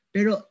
Pero